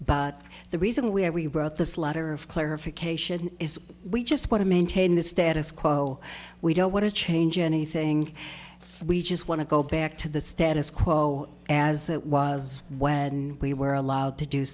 but the reason we have we wrote this letter of clarification is we just want to maintain the status quo we don't want to change anything we just want to go back to the status quo as it was when we were allowed to do